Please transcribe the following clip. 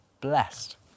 blessed